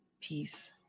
Peace